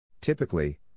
Typically